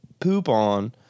poopon